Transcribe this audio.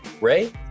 ray